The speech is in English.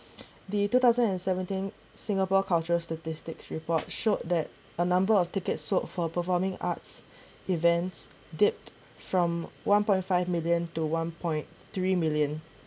the two thousand and seventeen singapore cultural statistics report showed that a number of tickets sold for performing arts events dipped from one point five million to one point three million